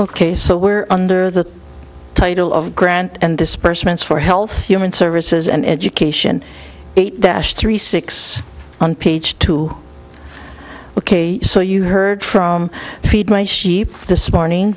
ok so we're under the title of grant and disbursements for health human services and education eight three six on page two ok so you heard from feed my sheep this morning